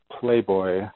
Playboy